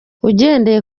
ugendeye